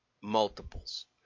multiples